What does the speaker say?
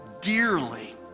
dearly